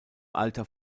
alter